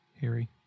Harry